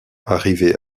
arrivé